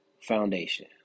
Foundation